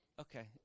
Okay